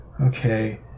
Okay